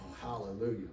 Hallelujah